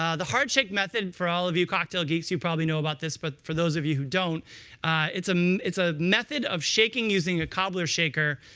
um the hardshake method for all of you cocktail geeks you probably know about this, but for those of you who don't it's um a ah method of shaking, using a cobbler shaker,